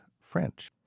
French